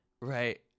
Right